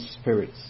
spirits